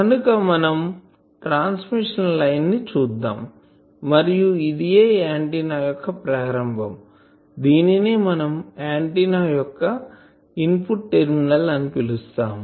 కనుక మనం transmission line ని చూద్దాం మరియు ఇదియే ఆంటిన్నా యొక్కప్రారంభం దీనినే మనం ఆంటిన్నా యొక్క ఇన్పుట్ టెర్మినల్ అని పిలుస్తాము